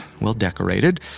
well-decorated